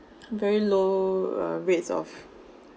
very low uh rates of